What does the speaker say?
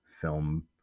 film